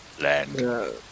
Land